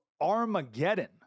Armageddon